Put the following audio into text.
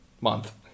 Month